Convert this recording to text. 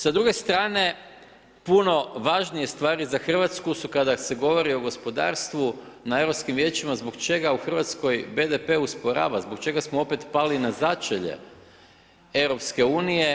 S druge strane puno važnije stvari za Hrvatsku su kada se govori o gospodarstvu na europskim vijećima zbog čega u Hrvatskoj BDP usporava, zbog čega smo opet pali na začelje EU.